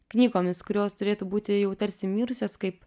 knygomis kurios turėtų būti jau tarsi mirusios kaip